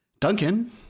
Duncan